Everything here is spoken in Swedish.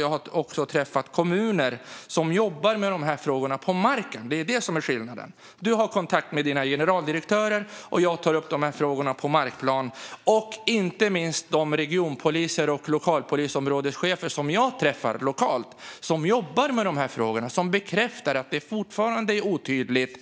Jag har också träffat kommuner som jobbar med de här frågorna på marken. Det är det som är skillnaden. Morgan Johansson har kontakt med sina generaldirektörer, och jag tar upp de här frågorna på markplan. Och inte minst de regionpoliser och lokalpolisområdeschefer som jag träffar lokalt, som jobbar med de här frågorna, bekräftar att det fortfarande är en otydlig